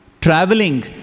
traveling